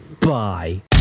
bye